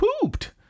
pooped